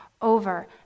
over